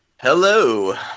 Hello